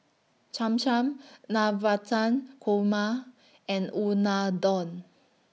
Cham Cham Navratan Korma and Unadon